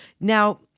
Now